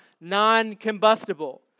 non-combustible